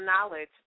knowledge